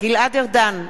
גלעד ארדן,